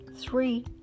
three